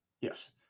Yes